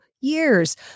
years